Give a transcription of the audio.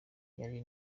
yari